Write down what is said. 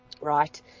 Right